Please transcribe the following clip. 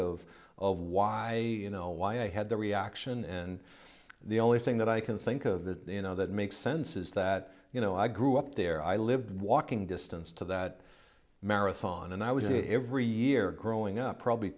of why you know why i had the reaction and the only thing that i can think of that you know that makes sense is that you know i grew up there i lived walking distance to that marathon and i was it every year growing up probably